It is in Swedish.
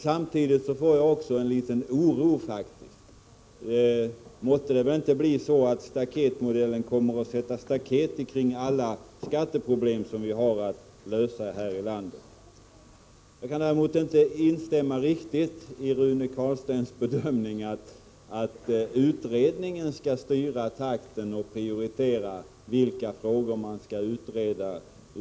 Samtidigt känner jag dock en liten oro: måtte det inte bli så att staketmodellen kommer att sätta staket kring alla skatteproblem som vi har att lösa här i landet. Jag kan inte riktigt instämma i Rune Carlsteins bedömning att utredningen skall styra takten och prioritera vilka frågor som skall utredas.